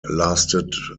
lasted